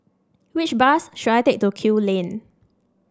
which bus should I take to Kew Lane